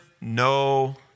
no